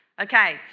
Okay